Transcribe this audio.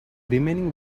remaining